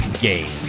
game